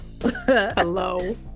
Hello